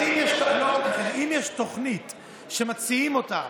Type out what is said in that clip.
אז אם יש תוכנית שמציעים אותה,